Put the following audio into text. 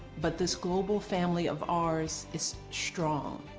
but this global family of ours is strong.